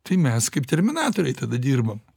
tai mes kaip terminatoriai tada dirbam